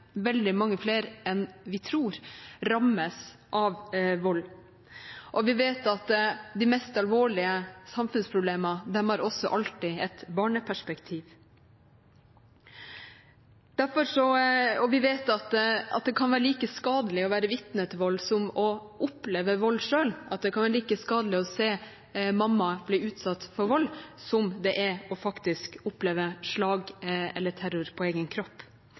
veldig mange flere enn vi tror, rammes av vold, og vi vet at de mest alvorlige samfunnsproblemene også alltid har et barneperspektiv. Vi vet at det kan være like skadelig å være vitne til vold som å oppleve vold selv, at det kan være like skadelig å se mamma bli utsatt for vold som det er faktisk å oppleve slag eller terror på egen kropp.